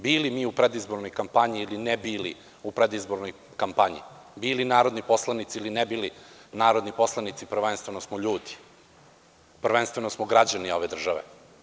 Bili mi u predizbornoj kampanji ili ne bili u predizbornoj kampanji, bili narodni poslanici ili ne bili narodni poslanici prvenstveno smo ljudi, prvenstveno smo građani ove države.